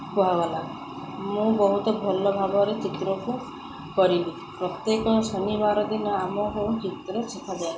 କୁହାଗଲା ମୁଁ ବହୁତ ଭଲ ଭାବରେ ଚିତ୍ରକୁ କରିଲି ପ୍ରତ୍ୟେକ ଶନିବାର ଦିନ ଆମକୁ ଚିତ୍ର ଶିଖାଯାଏ